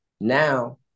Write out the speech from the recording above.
now